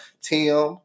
Tim